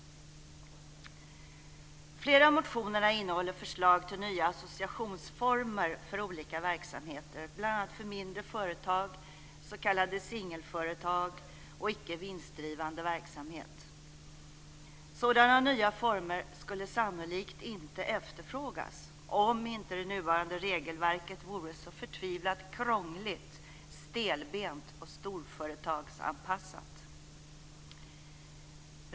Flera av motionerna innehåller förslag till nya associationsformer för olika verksamheter, bl.a. för mindre företag, s.k. singelföretag och icke vinstdrivande verksamhet. Sådana nya former skulle sannolikt inte efterfrågas om inte det nuvarande regelverket vore så förtvivlat krångligt, stelbent och storföretagsanpassat.